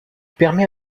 permet